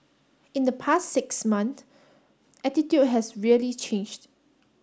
in the past six month attitude has really changed